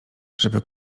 żeby